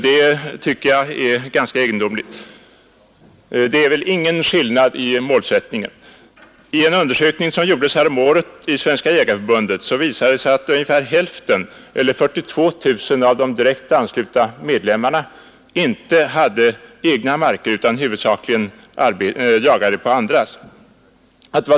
Det tycker jag är ganska egendomligt. Det finns ingen skillnad i målsättningen. I en undersökning som gjordes häromåret inom Svenska jägareförbundet visade det sig att ungefär hälften, 42 000, av de direkt anslutna medlemmarna inte hade egen mark utan huvudsakligen jagade på andras.